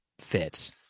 fits